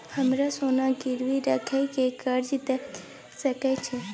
हमरा सोना गिरवी रखय के कर्ज दै सकै छिए?